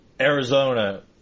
Arizona